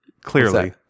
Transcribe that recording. Clearly